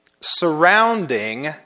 surrounding